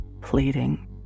pleading